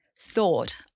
thought